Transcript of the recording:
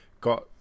got